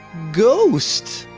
ghost